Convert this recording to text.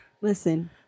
Listen